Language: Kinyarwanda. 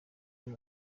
ari